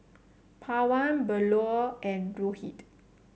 Pawan Bellur and Rohit